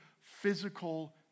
physical